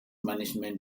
management